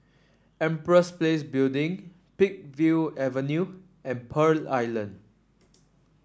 Empress Place Building Peakville Avenue and Pearl Island